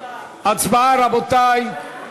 הצבעה, רבותי.